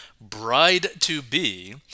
bride-to-be